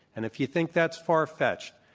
and if you think that's far-fetched,